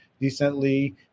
decently